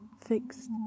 fixed